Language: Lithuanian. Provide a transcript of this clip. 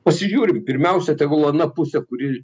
pasižiūrim pirmiausia tegul ana pusė kuri